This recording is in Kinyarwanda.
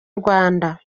rwanda